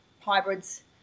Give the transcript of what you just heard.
hybrids